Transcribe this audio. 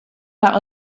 par